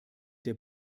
der